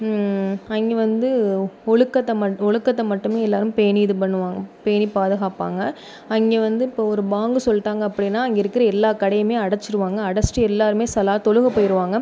அங்கே வந்து ஒழுக்கத்தை மட்டும் ஒழுக்கத்தை மட்டுமே எல்லோரும் பேணி இது பண்ணுவாங்க பேணிப் பாதுகாப்பாங்க அங்கே வந்து இப்போது ஒரு பாங்கு சொல்லிட்டாங்க அப்படின்னா அங்கே இருக்கிற எல்லா கடையுமே அடைச்சிருவாங்க அடைச்சிட்டு எல்லோருமே சலா தொழுக போயிடுவாங்க